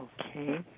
Okay